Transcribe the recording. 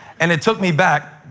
and it took me back.